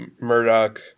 Murdoch